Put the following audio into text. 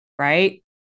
right